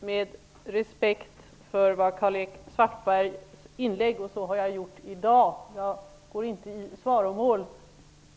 Herr talman! Jag lyssnar alltid med respekt på Karl Erik Svartbergs inlägg, och det har jag gjort också i dag. Jag går inte i svaromål.